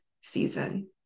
season